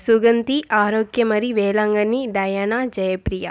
Suganthi Arokiyamary Velankanni Diana Jayapriya